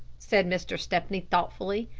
said mr. stepney thoughtfully,